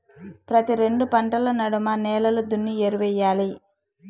ప్రతి రెండు పంటల నడమ నేలలు దున్ని ఎరువెయ్యాలి